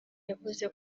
yavuze